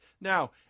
Now